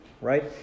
right